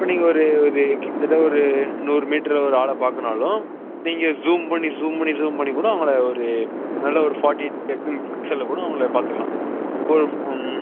இப்போ நீங்கள் ஒரு ஒரு கிட்டத்தட்ட ஒரு நூறு மீட்டருல ஒரு ஆளை பார்க்கணுன்னாலும் நீங்கள் ஜூம் பண்ணி ஜூம் பண்ணி ஜூம் பண்ணி கூட அவங்கள ஒரு நல்லவொரு ஃபார்ட்டி எயிட் பிக்சலில் கூட அவங்கள பார்த்துக்கலாம் ஒரு